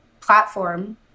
platform